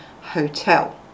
hotel